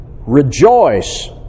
rejoice